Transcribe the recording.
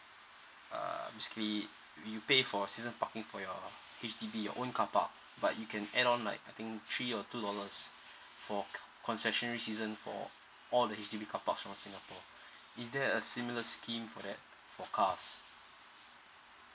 uh basically you pay for season parking for your H_D_B your own carpark but you can add on like I think three or two dollars for concessionary season for all the H_D_B carpark from singapore is there a similar scheme for that for cars